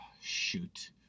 Shoot